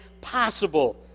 possible